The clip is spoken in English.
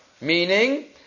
Meaning